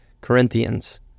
Corinthians